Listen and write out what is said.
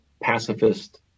pacifist